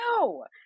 no